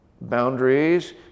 boundaries